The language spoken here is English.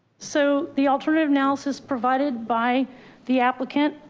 so the alternative analysis provided by the applicant.